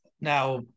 Now